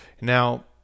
Now